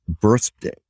birthday